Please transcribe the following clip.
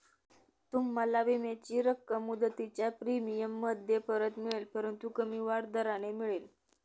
तुम्हाला विम्याची रक्कम मुदतीच्या प्रीमियममध्ये परत मिळेल परंतु कमी वाढ दराने मिळेल